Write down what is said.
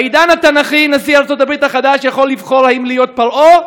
בעידן התנ"כי נשיא ארצות-הברית החדש יכול לבחור אם להיות פרעה,